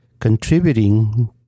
Contributing